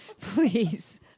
Please